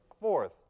fourth